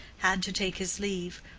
had to take his leave,